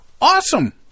Awesome